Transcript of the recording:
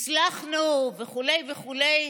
הצלחנו, וכו' וכו'